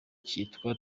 cyitwa